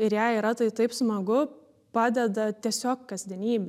ir jai yra tai taip smagu padeda tiesiog kasdienybėj